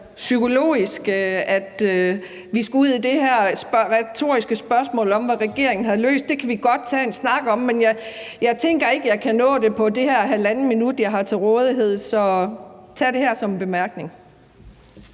psykologisk, at vi skulle ud i det her retoriske spørgsmål om, hvad regeringen har løst. Det kan vi godt tage en snak om, men jeg tænker ikke, at jeg kan nå det nu på det halve minut, jeg har til rådighed. Skal tag det her som en bemærkning.